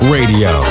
Radio